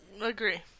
agree